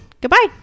goodbye